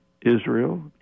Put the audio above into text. Israel